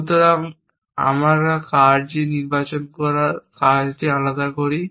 সুতরাং আমরা কার্যে নির্বাচন করার কাজটি আলাদা করি